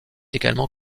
également